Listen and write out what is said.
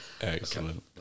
Excellent